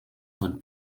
von